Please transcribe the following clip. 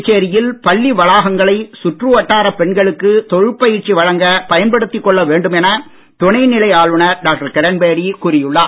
புதுச்சேரியில் பள்ளி வளாகங்களை சுற்றுவட்டாரப் பெண்களுக்கு தொழிற்பயிற்சி வழங்கப் பயன்படுத்திக் கொள்ள வேண்டும் என துணைநிலை ஆளுநர் டாக்டர் கிரண்பேடி கூறியுள்ளார்